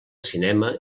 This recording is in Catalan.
cinema